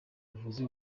buvuzi